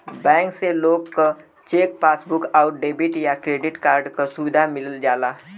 bank से लोग क चेक, पासबुक आउर डेबिट या क्रेडिट कार्ड क सुविधा मिल जाला